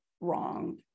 wrong